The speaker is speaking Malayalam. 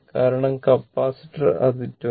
കാരണം കപ്പാസിറ്റർ അത് 22